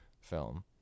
film